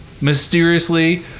mysteriously